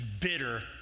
bitter